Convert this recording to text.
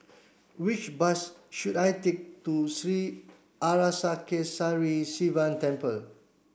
which bus should I take to Sri Arasakesari Sivan Temple